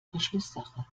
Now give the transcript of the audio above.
verschlusssache